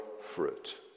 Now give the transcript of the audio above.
fruit